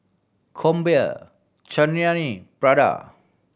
Krombacher Chanira Prada